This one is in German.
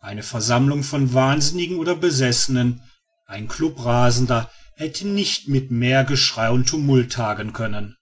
eine versammlung von wahnsinnigen oder besessenen ein club rasender hätte nicht mit mehr geschrei und tumult tagen können